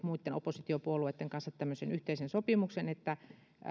muitten oppositiopuolueitten kanssa tehneet tämmöisen yhteisen sopimuksen että